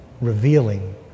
Revealing